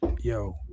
yo